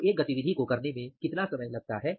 तो एक गतिविधि को करने में कितना समय लगता है